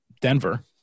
Denver